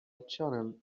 channel